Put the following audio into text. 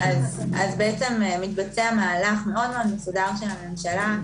בעצם מתבצע מהלך מאוד מסודר של הממשלה.